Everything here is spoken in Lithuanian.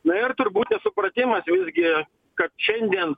na ir turbūt nesupratimas visgi kad šiandien